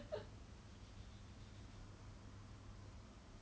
I don't that's why